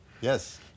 Yes